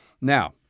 Now